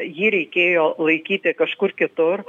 jį reikėjo laikyti kažkur kitur